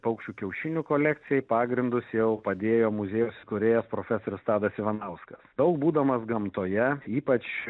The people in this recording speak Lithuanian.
paukščių kiaušinių kolekcijai pagrindus jau padėjo muziejaus įkūrėjas profesorius tadas ivanauskas daug būdamas gamtoje ypač